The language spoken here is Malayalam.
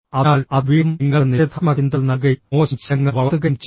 അതിനാൽ അത് വീണ്ടും നിങ്ങൾക്ക് നിഷേധാത്മക ചിന്തകൾ നൽകുകയും മോശം ശീലങ്ങൾ വളർത്തുകയും ചെയ്യും